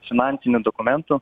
finansinių dokumentų